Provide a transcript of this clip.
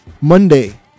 Monday